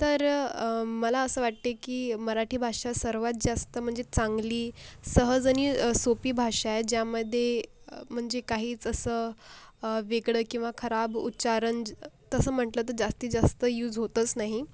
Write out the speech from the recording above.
तर मला असं वाटते की मराठी भाषा सर्वांत जास्त म्हणजे चांगली सहज आणि सोपी भाषा आहे ज्यामध्ये म्हणजे काहीच असं वेगळं किंवा खराब उच्चारण तसं म्हटलं तर जास्तीत जास्त यूज होतच नाही